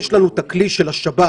אם יש לנו את הכלי של השב"כ,